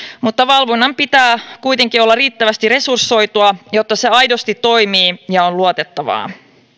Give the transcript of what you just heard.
mutta valvonnan pitää kuitenkin olla riittävästi resursoitua jotta se aidosti toimii ja on luotettavaa